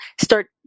start